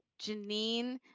Janine